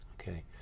Okay